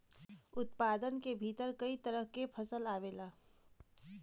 उत्पादन के भीतर कई तरह के फसल आवला